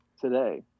today